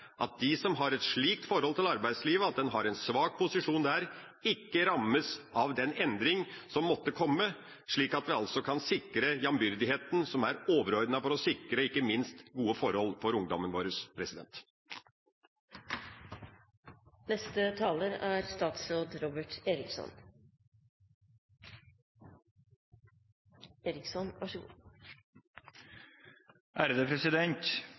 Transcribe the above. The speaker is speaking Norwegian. At de som har et slikt forhold til arbeidslivet at de har en svak posisjon der, ikke rammes av den endring som måtte komme. Slik kan vi sikre jambyrdigheten, som er overordnet ikke minst med tanke på å sikre gode forhold for ungdommen vår. Som det er